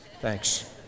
Thanks